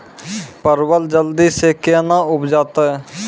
परवल जल्दी से के ना उपजाते?